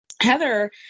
Heather